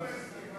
מה לעשות?